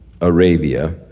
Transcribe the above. Arabia